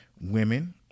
women